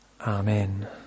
Amen